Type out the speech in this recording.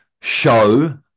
show